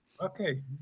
okay